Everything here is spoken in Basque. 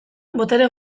botere